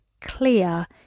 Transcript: clear